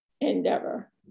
endeavor